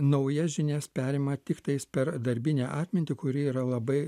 naujas žinias perima tiktais per darbinę atmintį kuri yra labai